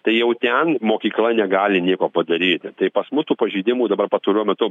tai jau ten mokykla negali nieko padaryti tai pas mus tų pažeidimų dabar pastaruoju metu